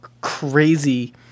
crazy